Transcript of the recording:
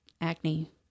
acne